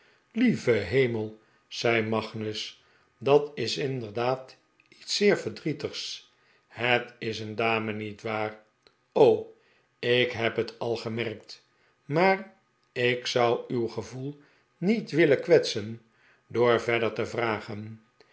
lieve hemel zei magnus dat is inderdaad lets zeer verdrietigs het is een dame niet waar o ik heb het al gemerkt maar ik zou uw gevoel niet willen kwetsen door verder te vragen